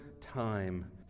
time